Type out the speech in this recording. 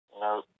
No